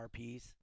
rps